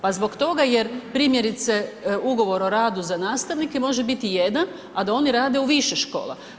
Pa zbog toga jer primjerice ugovor o radu za nastavnike može biti jedan, a da oni rade u više škola.